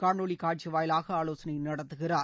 காணொளி காட்சி வாயிலாக இன்று ஆலோசனை நடத்துகிறார்